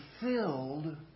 filled